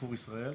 'קרפור ישראל'.